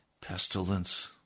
Pestilence